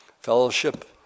fellowship